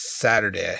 Saturday